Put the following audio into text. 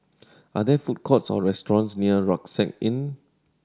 are there food courts or restaurants near Rucksack Inn